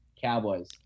cowboys